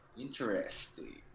interesting